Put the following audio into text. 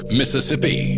mississippi